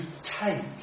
take